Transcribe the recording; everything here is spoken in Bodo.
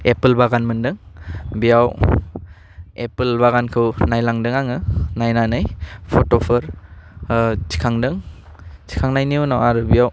एपोल बागान मोनदों बेयाव एपोल बागानखौ नायलांदों आङो नायनानै फट'फोर ओह थिखांदों थिखांनायनि उनाव आरो बेयाव